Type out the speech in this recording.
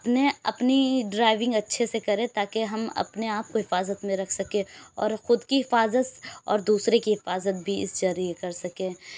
اپنے اپنی ڈرائیونگ اچھے سے کریں تا کہ ہم اپنے آپ کو حفاظت میں رکھ سکیں اور خود کی حفاظت اور دوسرے کی حفاظت بھی اس ذریعے کر سکیں